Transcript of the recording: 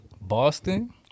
boston